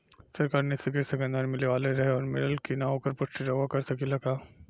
सरकार निधि से कृषक अनुदान मिले वाला रहे और मिलल कि ना ओकर पुष्टि रउवा कर सकी ला का?